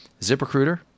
ZipRecruiter